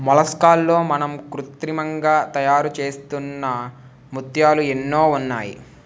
మొలస్కాల్లో మనం కృత్రిమంగా తయారుచేస్తున్న ముత్యాలు ఎన్నో ఉన్నాయి